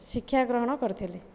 ଶିକ୍ଷାଗ୍ରହଣ କରିଥିଲି